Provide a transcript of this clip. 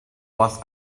was